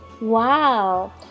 wow